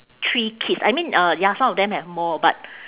three kids I mean uh ya some of them have more but